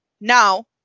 Now